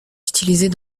utilisés